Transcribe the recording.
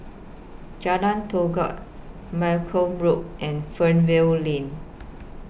Jalan Malcolm Road and Fernvale Lane